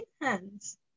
hands